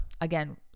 again